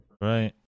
Right